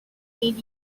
mid